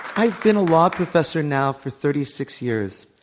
i've been a law professor now for thirty six years.